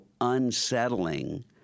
unsettling